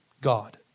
God